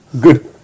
Good